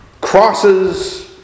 crosses